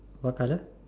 what color